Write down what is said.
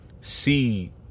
see